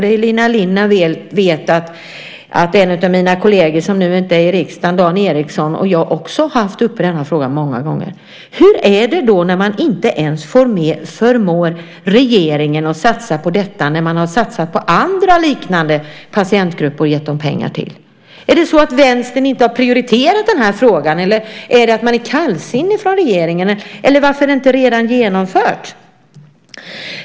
Elina Linna vet väl att en av mina kolleger som nu inte är i riksdagen, Dan Ericsson, och jag också, har haft uppe den frågan många gånger. Hur är det då när man inte förmår regeringen att satsa på detta när man har satsat på andra liknande patientgrupper och gett dem pengar? Är det så att Vänstern inte har prioriterat den här frågan? Är man kallsinnig från regeringen? Varför är det inte redan genomfört?